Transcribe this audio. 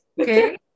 Okay